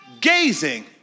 gazing